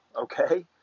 okay